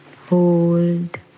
Hold